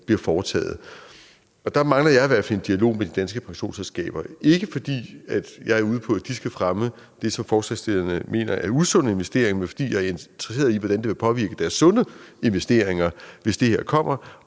bliver foretaget. Der mangler jeg i hvert fald en dialog med de danske pensionsselskaber, ikke fordi jeg er ude på, at de skal fremme det, som forslagsstillerne mener er usunde investeringer, men fordi jeg er interesseret i, hvordan det vil påvirke deres sunde investeringer, hvis det her kommer,